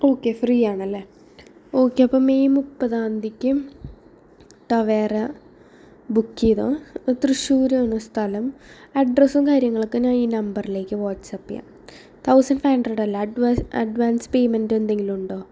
okay free ആണല്ലേ okay അപ്പോൾ May മുപ്പതാംതീക്കും ടവേര ബുക്ക് ചെയ്താൽ തൃശ്ശൂരാണ് സ്ഥലം അഡ്രസ്സും കാര്യങ്ങളൊക്കെ ഞാൻ ഈ നമ്പറിലേക്ക് വാട്സ്ആപ്പ് ചെയ്യാം തൗസന്റ് ഫൈവ് ഹണ്ട്രഡല്ലേ അഡ്വാൻസ് അഡ്വാൻസ് പേയ്മെന്റ് എന്തെങ്കിലുമുണ്ടോ